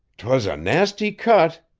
twas a nasty cut,